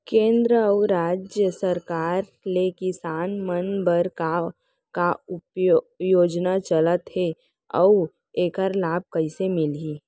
केंद्र अऊ राज्य सरकार ले किसान मन बर का का योजना चलत हे अऊ एखर लाभ कइसे मिलही?